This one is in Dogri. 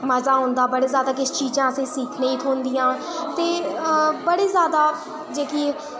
बड़ा ज्यादा मज़ा औंदा बड़ी सारी चीज़ां असेंगी सिक्खने गी थ्होंदियां ते बड़ी ज्यादा जेह्की